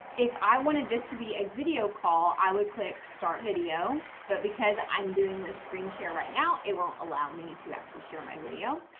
if i want this to be a video call, i would click start video. but because i'm doing this screen share right now, it will allow me to actually share my video.